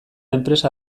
enpresa